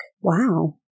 Wow